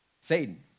Satan